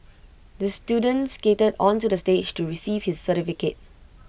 the student skated onto the stage to receive his certificate